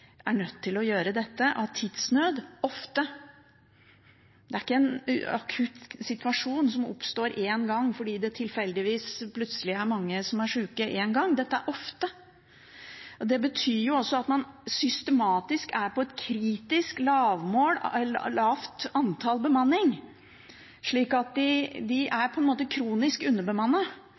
er nødt til å gjøre dette av tidsnød – ofte. Det er ikke en akutt situasjon som oppstår én gang fordi det tilfeldigvis plutselig er mange som er syke én gang, det er ofte. Det betyr at man systematisk er på et kritisk lavt antall i bemanning, slik at de er